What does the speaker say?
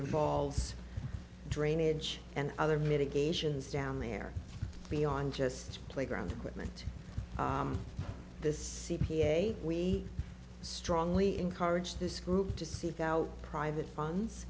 involves drainage and other mitigations down there beyond just playground equipment the c p a we strongly encourage this group to seek out private funds